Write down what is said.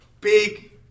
big